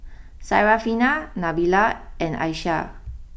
Syarafina Nabila and Aishah